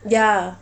ya